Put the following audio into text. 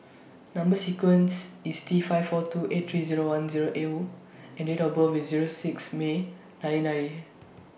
Number sequence IS T five four two eight three one Zero L and Date of birth IS Zero six May nineteen ninety